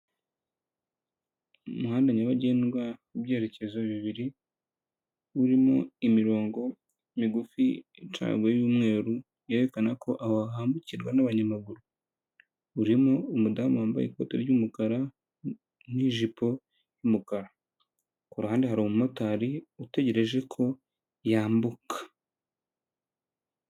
Umuhanda nyabagendwa mu byerekezo bibiri, urimo imirongo migufi, icagaguye y'umweru, yerekana ko aho hambukirwa n'abanyamaguru. Urimo umudamu wambaye ikoti ry'umukara, n'ijipo y'umukara. Ku ruhande hari umumotari utegereje ko yambuka.